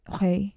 Okay